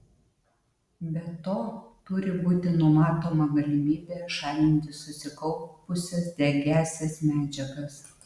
be to turi būti numatoma galimybė šalinti susikaupusias degiąsias medžiagas